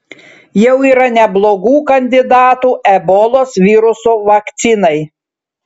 jau yra neblogų kandidatų ebolos viruso vakcinai